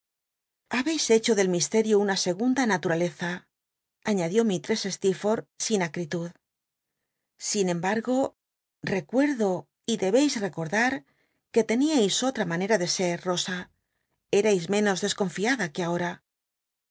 beis hecho del misterio una segunda naturaleza aíiad ió mistress steerforth sin acritud sin embargo recuenlo y debeis recordar que teníais otra manera de ser llosa erais menos desconfiada que ahora